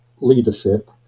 leadership